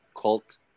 cult